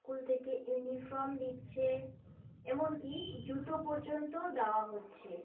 school থেকে uniform দিচ্ছে এমনকি জুতো পর্যন্ত দেওয়া হচ্ছে